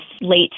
late